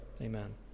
Amen